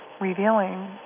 revealing